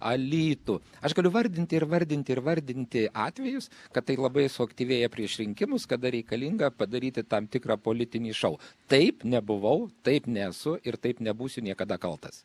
alytų aš galiu vardinti ir vardinti ir vardinti atvejus kad tai labai suaktyvėja prieš rinkimus kada reikalinga padaryti tam tikrą politinį šou taip nebuvau taip nesu ir taip nebūsiu niekada kaltas